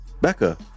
Becca